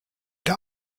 der